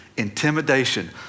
Intimidation